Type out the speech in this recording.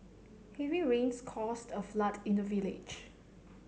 heavy rains caused a flood in the village